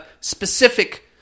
specific